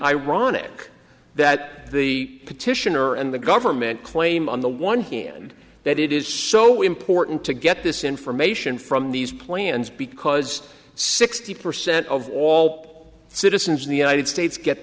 ironic that the petitioner and the government claim on the one hand that it is so important to get this information from these plans because sixty percent of all citizens in the united states get